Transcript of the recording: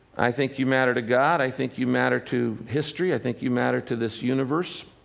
i think you matter to god i think you matter to history i think you matter to this universe.